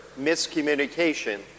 miscommunication